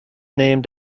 named